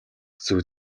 зүйл